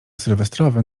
sylwestrowy